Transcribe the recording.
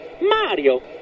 Mario